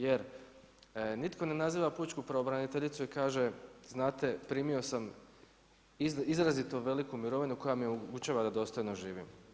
Jer, nitko ne naziva Pučku pravobraniteljicu i kaže, znate, primio sam izrazito veliku mirovinu koja mi upućuje da dostojno živim.